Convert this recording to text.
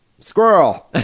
squirrel